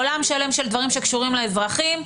עולם שלם של דברים שקשורים לאזרחים.